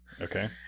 Okay